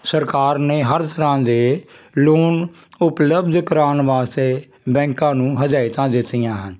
ਸਰਕਾਰ ਨੇ ਹਰ ਤਰ੍ਹਾਂ ਦੇ ਲੋਨ ਉਪਲੱਬਧ ਕਰਵਾਉਣ ਵਾਸਤੇ ਬੈਂਕਾਂ ਨੂੰ ਹਦਾਇਤਾਂ ਦਿੱਤੀਆਂ ਹਨ